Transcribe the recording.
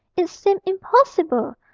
it seemed impossible,